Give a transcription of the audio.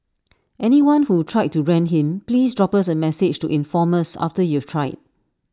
anyone who tried to rent him please drop us A message to inform us after you've tried